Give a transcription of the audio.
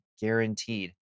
guaranteed